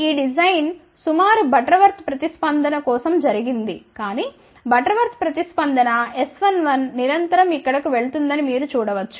కాబట్టి ఈ డిజైన్ సుమారు బటర్వర్త్ ప్రతిస్పందన కోసం జరిగింది కానీ బటర్వర్త్ ప్రతిస్పందన S11 నిరంతరం ఇక్కడకు వెళుతుందని మీరు చూడవచ్చు